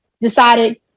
decided